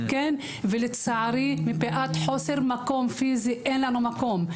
לצערי מפאת חוסר מקום פיזי אין להם מקום.